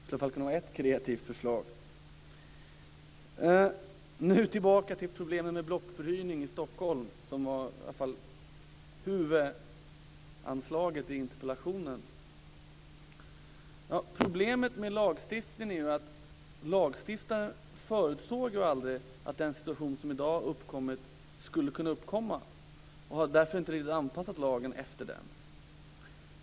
Det kunde vara ett kreativt förslag. Tillbaka till problemen med blockförhyrning i Problemet med lagstiftningen är att lagstiftaren aldrig förutsåg att den situation som i dag har uppkommit skulle kunna uppkomma och har därför inte riktigt anpassat lagen efter den.